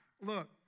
look